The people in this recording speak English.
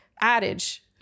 Adage